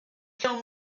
kill